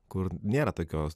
kur nėra tokios